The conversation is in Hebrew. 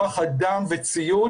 כוח אדם וציוד,